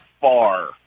far